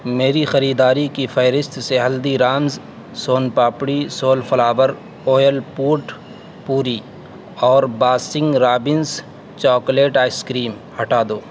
میری خریداری کی فہرست سے Haldiram's soan papdi sunflower oil potpourri اور Baskin Robbins chocolate ice cream ہٹا دو